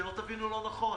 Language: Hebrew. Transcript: שלא תבינו לא נכון.